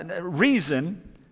reason